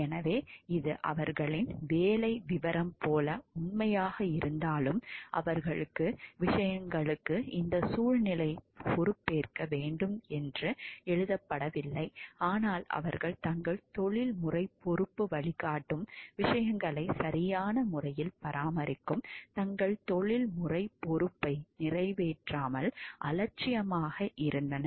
எனவே இது அவர்களின் வேலை விவரம் போல உண்மையாக இருந்தாலும் விஷயங்களுக்கு இந்த சூழலைப் பொறுப்பேற்க வேண்டும் என்று எழுதப்படவில்லை ஆனால் அவர்கள் தங்கள் தொழில்முறை பொறுப்பு வழிகாட்டும் விஷயங்களை சரியான முறையில் பராமரிக்கும் தங்கள் தொழில்முறை பொறுப்பை நிறைவேற்றாமல் அலட்சியமாக இருந்தனர்